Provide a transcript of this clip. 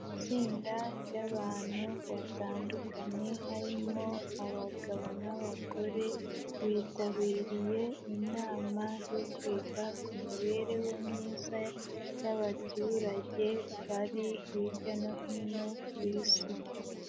Itsinda ry'abantu batandukanye harimo abagabo n'abagore, bitabiriye inama yo kwiga ku mibereho myiza y'abaturage bari hirya no hino ku Isi.